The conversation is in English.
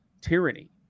tyranny